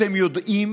אתם יודעים